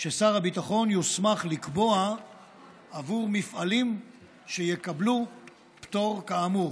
ששר הביטחון יוסמך לקבוע עבור מפעלים שיקבלו פטור כאמור.